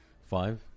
Five